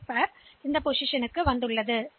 L ஜோடியை இந்த நிலைக்கு கொண்டு செல்கிறோம்